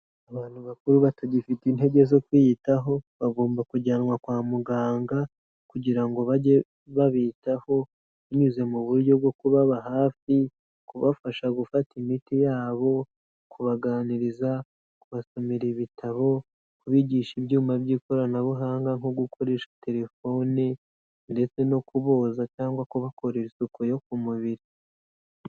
Abantu bakuru batagifite intege zo kwiyitaho, bagomba kujyanwa kwa muganga kugira ngo bajye babitaho, binyuze mu buryo bwo kubaba hafi, kubafasha gufata imiti yabo, kubaganiriza, kubasomera ibitabo, kubigisha ibyuma by'ikoranabuhanga nko gukoresha telefone ndetse no kuboza cyangwa kubakorera isuku yo ku mubiri.